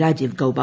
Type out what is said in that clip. Rajeev Gauba